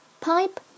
Pipe